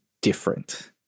different